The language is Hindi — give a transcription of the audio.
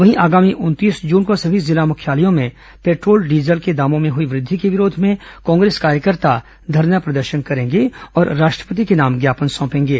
वहीं आगामी उनतीस जून को सभी जिला मुख्यालयों में पेट्रोल डीजल के दामों में हुई वृद्धि के विरोध में कांग्रेस कार्यकर्ता धरना प्रदर्शन करेंगे और राष्ट्रपति के नाम ज्ञापन सौंपेंगे